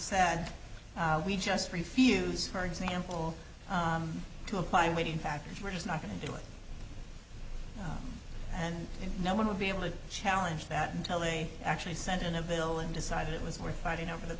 said we just refuse or example to apply weighting factor we're just not going to do it and no one will be able to challenge that until they actually sent in a bill and decided it was worth fighting over th